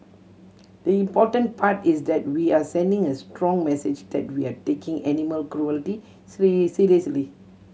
the important part is that we are sending a strong message that we are taking animal cruelty seriously